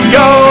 go